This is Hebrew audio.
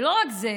ולא רק זה,